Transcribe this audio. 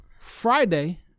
Friday